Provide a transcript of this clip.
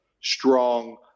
strong